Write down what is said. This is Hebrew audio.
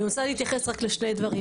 אני רוצה להתייחס רק לשני דברים,